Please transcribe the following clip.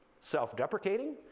self-deprecating